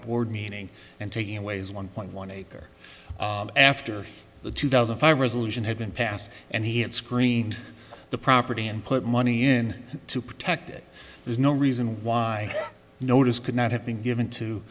board meeting and taking away his one point one acre after the two thousand and five and had been passed and he had screened the property and put money in to protect it there's no reason why notice could not have been given to